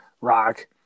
Rock